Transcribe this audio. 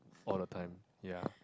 all the time ya